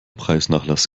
preisnachlass